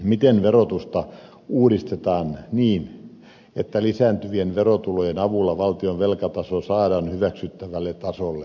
miten verotusta uudistetaan niin että lisääntyvien verotulojen avulla valtion velkataso saadaan hyväksyttävälle tasolle